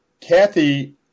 Kathy